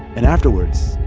and afterwards,